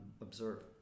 observe